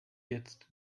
jetzt